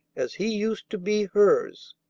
as he used to be hers.